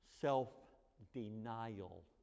self-denial